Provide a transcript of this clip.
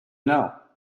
know